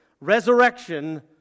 Resurrection